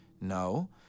no